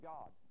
God